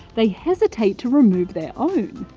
they hesitate to remove their own.